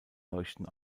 leuchten